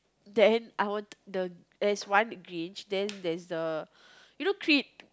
then I want the there's one Grinch then there's the you know Creed